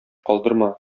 калдырма